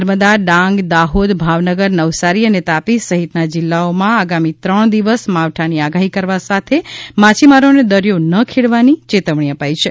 નર્મદા ડાંગ દાહોદ ભાવનગર નવસારી અને તાપી સહિતના જિલ્લાઓમાં આગામી ત્રણ દિવસ માવઠાની આગાહી કરવા સાથે માછીમારોને દરિયો ન ખેડવાની ચેતવણી અપાઈ છે